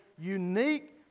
unique